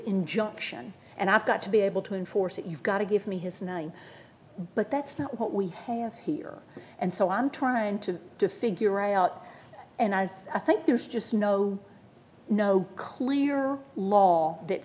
injunction and i've got to be able to enforce it you've got to give me his name but that's not what we have here and so i'm trying to figure out and i think there's just no no clear law that